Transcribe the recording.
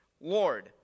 Lord